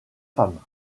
femmes